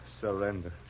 Surrender